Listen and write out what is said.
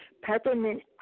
Peppermint